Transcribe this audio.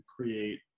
create